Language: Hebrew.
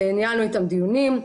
ניהלנו איתם דיונים.